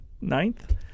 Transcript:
ninth